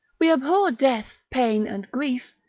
we abhor death, pain, and grief,